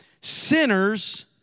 Sinners